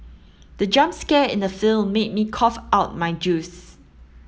the jump scare in the film made me cough out my juice